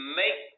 make